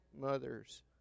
mothers